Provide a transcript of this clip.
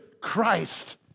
Christ